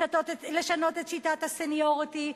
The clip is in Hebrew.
לשנות את שיטת הסניוריטי,